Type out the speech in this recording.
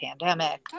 pandemic